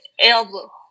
elbow